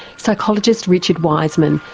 psychologist richard wiseman,